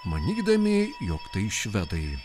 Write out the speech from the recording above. manydami jog tai švedai